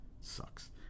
sucks